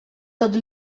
tot